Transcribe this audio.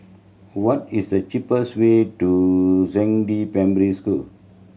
what is the cheapest way to Zhangde Primary School